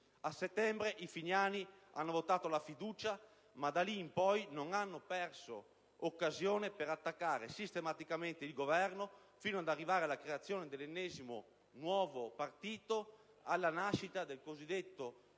A settembre i finiani hanno votato la fiducia, ma da lì in poi non hanno perso occasione per attaccare sistematicamente il Governo, fino ad arrivare alle creazione dell'ennesimo nuovo partito, alla nascita del cosiddetto